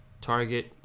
target